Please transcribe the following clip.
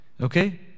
okay